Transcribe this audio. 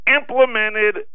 implemented